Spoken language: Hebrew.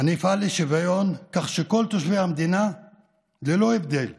אני אפעל לשוויון כך שכל תושבי המדינה ללא הבדלי דת,